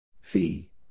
Fee